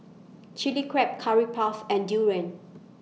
Chilli Crab Curry Puff and Durian